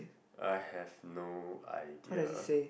I have no idea